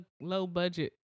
low-budget